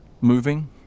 moving